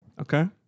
Okay